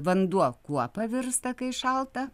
vanduo kuo pavirsta kai šalta